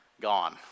gone